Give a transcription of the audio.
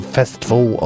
festival